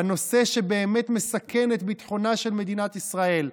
בנושא שבאמת מסכן את ביטחונה של מדינת ישראל,